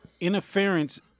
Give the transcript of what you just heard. Interference